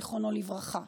זיכרונו לברכה,